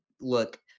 look